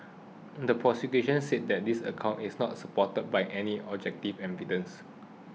the prosecution says this account is not supported by any objective evidence